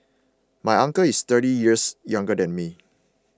my uncle is thirty years younger than me